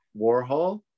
Warhol